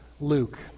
Luke